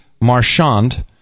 Marchand